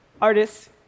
artists